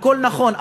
הכול נכון,